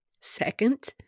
Second